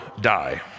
die